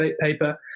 paper